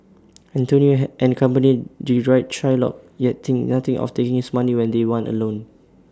Antonio and company deride Shylock yet think nothing of taking his money when they want A loan